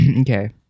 okay